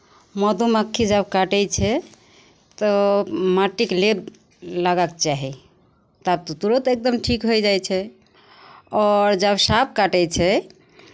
मधुमक्खी जब काटै छै तऽ माटिके लेप लगायके चाही तब तऽ तुरन्त एकदम ठीक होय जाइ छै आओर जब साँप काटै छै